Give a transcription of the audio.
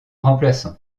remplaçant